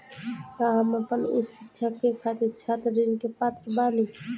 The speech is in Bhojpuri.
का हम आपन उच्च शिक्षा के खातिर छात्र ऋण के पात्र बानी?